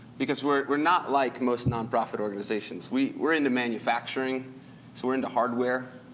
because we're not like most nonprofit organizations. we're we're into manufacturing, so we're into hardware,